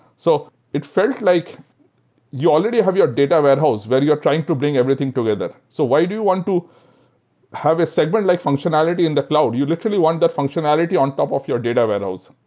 so it felt like you already have your data warehouse where you're trying to bring everything together. so why do you want to have a segment like functionality in the cloud? you literally want that functionality on top of your data warehouse.